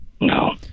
No